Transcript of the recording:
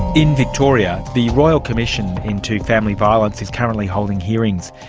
in victoria, the royal commission into family violence is currently holding hearings.